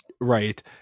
Right